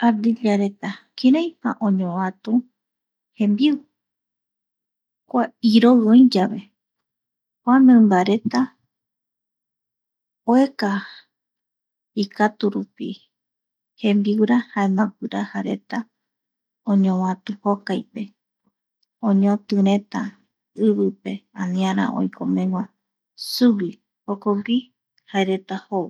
Ardillareta kiraïpa oñovatu jembiu, kua iroi oïyave kua mimbareta... Oeka, ikaturupi jembiura jaema guirajareta oñovatu jokaipe oñotïreta ivipe aniara oikomegua sugui jokogui jaereta jou.